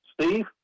Steve